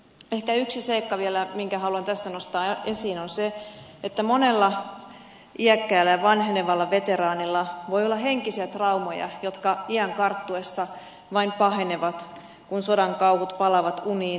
ehkä yksi seikka vielä minkä haluan tässä nostaa esiin on se että monella iäkkäällä ja vanhenevalla veteraanilla voi olla henkisiä traumoja jotka iän karttuessa vain pahenevat kun sodan kauhut palaavat uniin